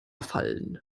fallen